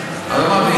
תקנות.